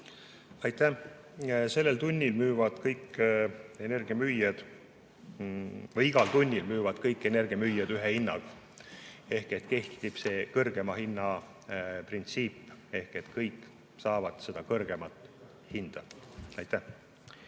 Aitäh! Sellel tunnil müüvad kõik energiamüüjad või igal tunnil müüvad kõik energiamüüjad ühe hinnaga. Kehtib kõrgema hinna printsiip, et kõik saavad seda kõrgemat hinda. Aitäh!